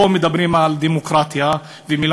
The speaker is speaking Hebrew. נועדו לעורר דיון מעמיק ומשמעותי בכיתות הלימוד